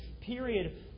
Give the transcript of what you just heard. period